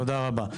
תודה רבה.